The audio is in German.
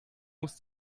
muss